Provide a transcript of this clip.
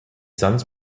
sons